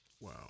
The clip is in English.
Wow